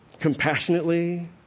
compassionately